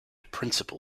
principal